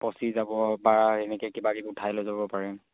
পঁচি যাব বা এনেকৈ কিবাকিবি উঠাই লৈ যাব পাৰে